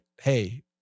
hey